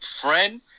friend